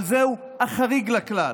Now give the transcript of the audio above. אבל זהו החריג לכלל,